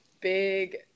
big